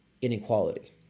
inequality